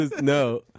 No